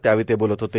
त्यावेळी ते बोलत होते